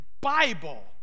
Bible